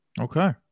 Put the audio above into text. Okay